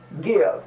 give